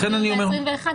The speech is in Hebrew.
אם אתה רוצה לדון בהן ב-21,